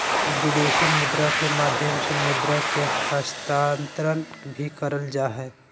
विदेशी मुद्रा के माध्यम से मुद्रा के हस्तांतरण भी करल जा हय